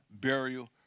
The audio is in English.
burial